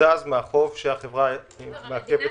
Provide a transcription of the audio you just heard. יקוזז מהחוב שהחברה מעכבת.